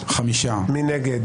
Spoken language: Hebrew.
מי נגד?